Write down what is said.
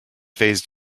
phase